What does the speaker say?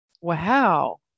wow